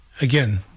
Again